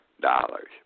dollars